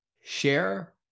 share